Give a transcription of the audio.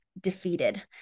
defeated